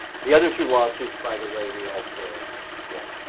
the other two lawsuits by the way we also won,